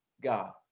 God